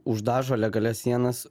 uždažo legalias sienas